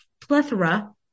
plethora